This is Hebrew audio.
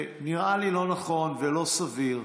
נראה לי לא נכון ולא סביר,